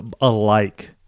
alike